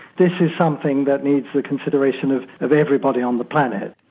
this is something that needs the consideration of of everybody on the planet.